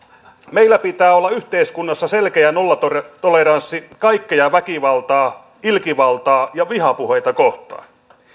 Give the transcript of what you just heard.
meillä pitää olla yhteiskunnassa selkeä nollatoleranssi kaikkea väkivaltaa ilkivaltaa ja vihapuheita kohtaan